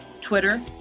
Twitter